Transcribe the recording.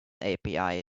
api